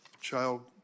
child